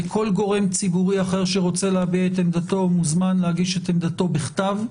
כל גורם ציבורי אחר שרוצה להביע את עמדתו מוזמן להגיש את עמדתו בכתב.